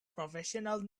professional